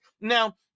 Now